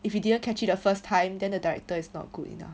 if you didn't catch it the first time then the director is not good enough